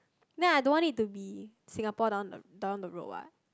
then I don't want it to be Singapore down the down the road what